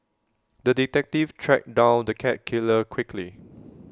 the detective tracked down the cat killer quickly